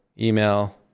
email